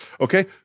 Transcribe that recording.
okay